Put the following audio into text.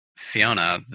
fiona